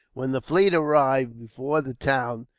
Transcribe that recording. when the fleet arrived before the town,